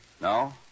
No